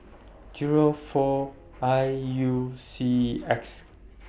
Zero four I U C X